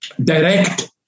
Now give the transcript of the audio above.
direct